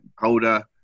holder